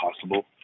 possible